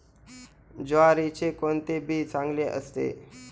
ज्वारीचे कोणते बी चांगले असते?